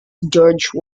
george